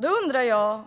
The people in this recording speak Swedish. Då undrar jag: